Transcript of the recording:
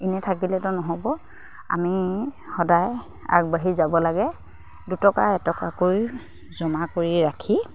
এনেই থাকিলেতো নহ'ব আমি সদায় আগবাঢ়ি যাব লাগে দুটকা এটকাকৈ জমা কৰি ৰাখি